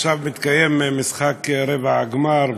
עכשיו מתקיים משחק רבע הגמר,